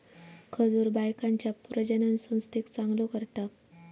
खजूर बायकांच्या प्रजननसंस्थेक चांगलो करता